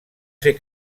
ser